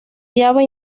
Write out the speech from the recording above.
java